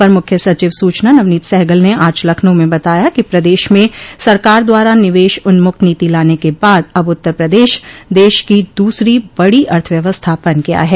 अपर मख्य सचिव सूचना नवनीत सहगल ने आज लखनऊ में बताया कि प्रदेश में सरकार द्वारा निवेश उन्मुख नीति लाने के बाद अब उत्तर प्रदेश दश की दूसरी बड़ी अर्थव्यवस्था बन गया है